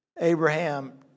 Abraham